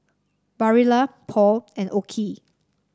Barilla Paul and OKI